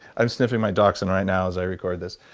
i'm sniffing my dotson right now as i record this,